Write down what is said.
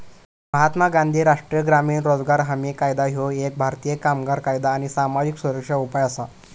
महात्मा गांधी राष्ट्रीय ग्रामीण रोजगार हमी कायदा ह्यो एक भारतीय कामगार कायदा आणि सामाजिक सुरक्षा उपाय असा